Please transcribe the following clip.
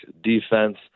defense